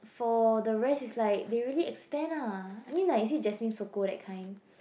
for the rest is like they really expand ah I mean like you see Jasmine Sokko that kind